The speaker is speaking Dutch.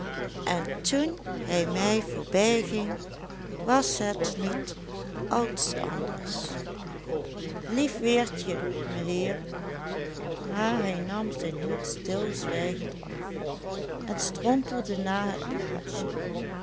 en toen hij mij voorbijging was het niet als anders lief weertje meheer maar hij nam zijn hoed stilzwijgend af en strompelde naar het plaatsje